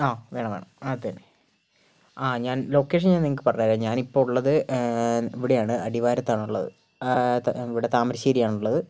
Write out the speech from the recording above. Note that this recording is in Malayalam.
ആ വേണം വേണം അതെ ആ ഞാൻ ലൊക്കേഷൻ ഞാൻ നിങ്ങൾക്ക് പറഞ്ഞു തരാം ഞാന് ഇപ്പൊൾ ഉള്ളത് ഇവിടെയാണ് അടിവാരത്താണ് ഉള്ളത് ഇവിടെ താമരശ്ശേരിയാണ് ഉള്ളത്